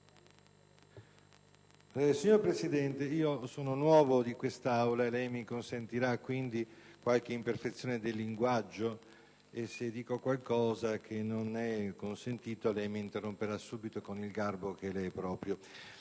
Signora Presidente, sono nuovo di quest'Aula e lei mi consentirà, quindi, qualche imperfezione nel linguaggio e se dico qualcosa che non è consentito lei mi interromperà subito con il garbo che le è proprio.